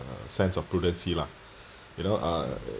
uh sense of prudency lah you know uh